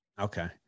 Okay